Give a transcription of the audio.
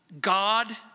God